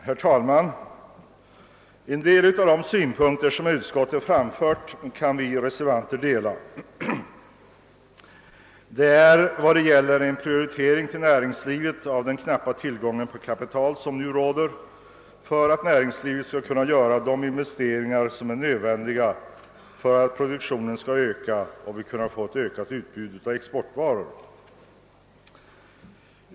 Herr talman! En del av de synpunkter bankoutskottet anför i sitt utlåtande kan vi som stöder reservationerna 2, 3 och 4 instämma i. Detta gäller vad som sägs om en prioritering av näringslivet vid fördelningen av den för närvarande knappa tillgången på kapital, så att näringslivet skall kunna .göra de investeringar som är nödvändiga för att produktionen skall öka och vi skall få ett ökat utbud av exportvaror.